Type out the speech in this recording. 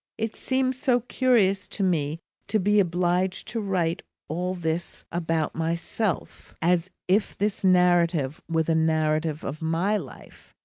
it seems so curious to me to be obliged to write all this about myself! as if this narrative were the narrative of my life!